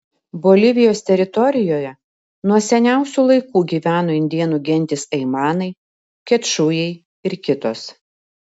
bolivijos teritorijoje nuo seniausių laikų gyveno indėnų gentys aimanai kečujai ir kitos